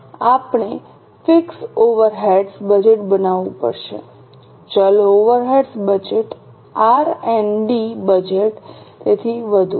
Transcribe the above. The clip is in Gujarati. આપણે ફિક્સ ઓવરહેડ્સ બજેટ બનાવવું પડશે ચલ ઓવરહેડ્સ બજેટ આર અને ડી બજેટ અને તેથી વધુ